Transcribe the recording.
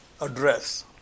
address